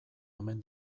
omen